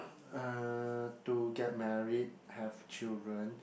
uh to get married have children